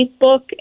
Facebook